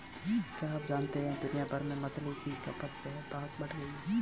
क्या आप जानते है दुनिया भर में मछली की खपत बेतहाशा बढ़ गयी है?